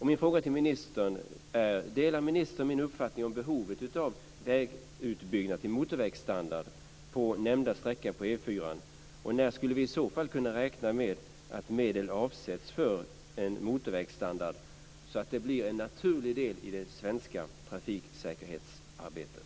Min fråga till ministern är: Delar ministern min uppfattning om behovet av vägutbyggnad till motorvägsstandard på nämnda sträcka på E 4:an? När skulle vi i så fall kunna räkna med att medel avsätts för en motorvägsstandard, så att det blir en naturlig del i det svenska trafiksäkerhetsarbetet?